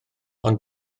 ond